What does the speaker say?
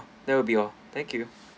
that will be all thank you